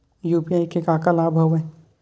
UPI के का का लाभ हवय?